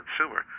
consumer